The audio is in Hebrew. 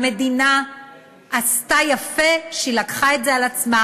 המדינה עשתה יפה שהיא לקחה את זה על עצמה,